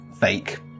fake